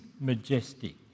majestic